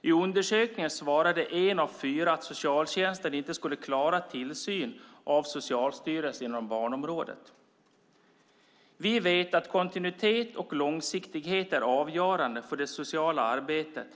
I undersökningen svarade en av fyra att socialtjänsten inte skulle klara en tillsyn av Socialstyrelsen inom barnområdet. Vi vet att kontinuitet och långsiktighet är avgörande för det sociala arbetet.